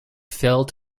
failed